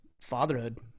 fatherhood